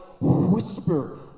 whisper